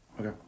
Okay